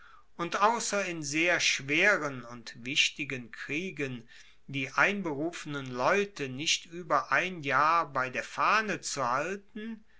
und ausser in sehr schweren und wichtigen kriegen die einberufenen leute nicht ueber ein jahr bei der fahne zu halten